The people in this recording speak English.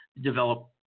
develop